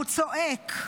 הוא צועק.